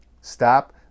stop